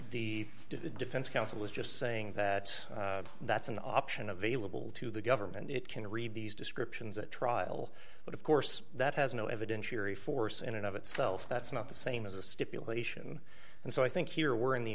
essentially the defense counsel is just saying that that's an option available to the government it can read these descriptions at trial but of course that has no evidentiary force in and of itself that's not the same as a stipulation and so i think here we're in the